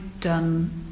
done